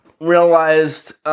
realized